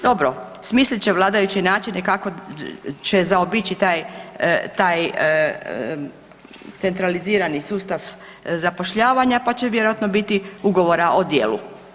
Dobro, smislit će vladajući načine kako će zaobići taj centralizirani sustav zapošljavanja, pa će vjerojatno biti ugovora o djelu.